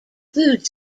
food